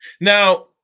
Now